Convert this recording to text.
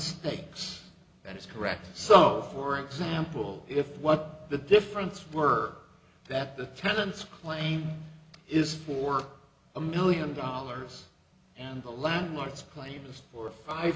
stakes that is correct so for example if what the difference were that the tenants claim is for a million dollars and the landlord's claim is for five